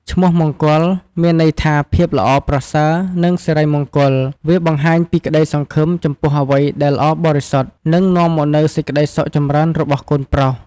ឈ្មោះមង្គល មានន័យថា ភាពល្អប្រសើរនិងសិរីមង្គល វាបង្ហាញពីក្តីសង្ឃឹមចំពោះអ្វីដែលល្អបរិសុទ្ធ និងនាំមកនូវសេចក្តីសុខចម្រើនរបស់កូនប្រុស។